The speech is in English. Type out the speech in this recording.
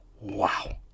Wow